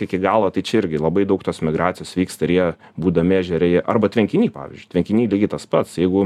iki galo tai čia irgi labai daug tos migracijos vyksta ir jie būdami ežere jie arba tvenkiny pavyzdžiui tvenkiny lygiai tas pats jeigu